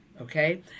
Okay